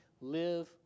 live